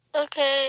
Okay